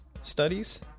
studies